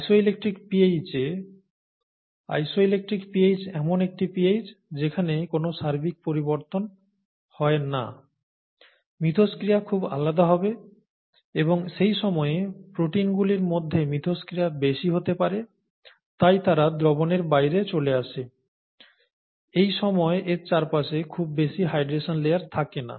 isoelectric pH এ isoelectric pH এমন একটি pH যেখানে কোন সার্বিক পরিবর্তন হয় না মিথস্ক্রিয়া খুব আলাদা হবে এবং সেই সময়ে প্রোটিনগুলির মধ্যে মিথস্ক্রিয়া বেশি হতে পারে তাই তারা দ্রবণের বাইরে চলে আসে এই সময় এর চারপাশে খুব বেশি হাইড্রেশন লেয়ার থাকে না